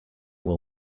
will